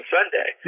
Sunday